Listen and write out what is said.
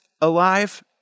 alive